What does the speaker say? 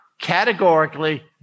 categorically